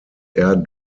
air